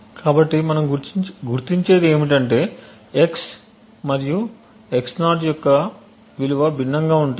కాబట్టి మనం గుర్తించేది ఏమిటంటే x మరియు x యొక్క విలువ భిన్నంగా ఉంటాయి